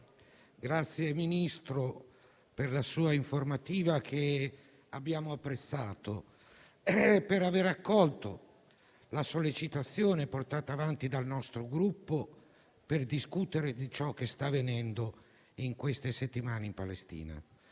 ringraziamo per la sua informativa, che abbiamo apprezzato, e per aver accolto la sollecitazione, portata avanti dal nostro Gruppo, per discutere di ciò che sta avvenendo in queste settimane in Palestina.